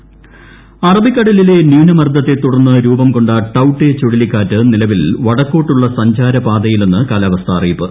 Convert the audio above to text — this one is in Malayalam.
കാലാവസ്ഥ അറബിക്കടലിലെ ന്യൂനമർദ്ദത്തെ ൂതുട്ർന്ന് രൂപം കൊണ്ട ടൌട്ടേ ചുഴലിക്കാറ്റ് നിലവിൽ വടക്ക്ക്ോട്ടുള്ള സഞ്ചാര പാതയിലെന്ന് കാലാവസ്ഥാ അറിയിപ്പ്